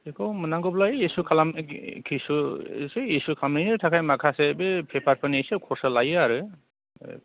बेखौ मोननांगौब्ला इसु खालामनायनि एसे इसु खालामनायनि थाखाय माखासे बे पेफारफोरनि एसे खरसा लायो आरो